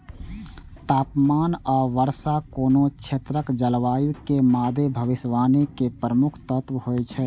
तापमान आ वर्षा कोनो क्षेत्रक जलवायु के मादे भविष्यवाणी के प्रमुख तत्व होइ छै